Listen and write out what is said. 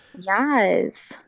Yes